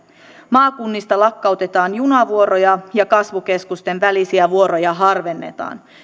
maakunnista lakkautetaan junavuoroja ja kasvukeskusten välisiä vuoroja harvennetaan